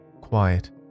quiet